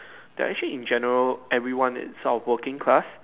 they are actually in general everyone is of working class